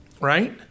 right